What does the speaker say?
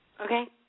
Okay